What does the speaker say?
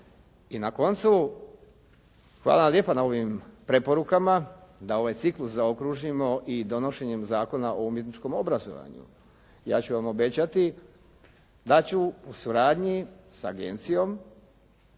I na koncu hvala vam lijepo na ovim preporukama da ovaj ciklus zaokružimo i donošenjem Zakona o umjetničkom obrazovanju. Ja ću vam obećati da ću u suradnji s agencijom